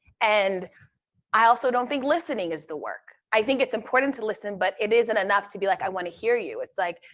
and i also don't think listening is the work. i think it's important to listen, but it isn't enough to be like, i wanna hear you. it's like,